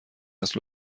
است